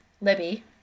libby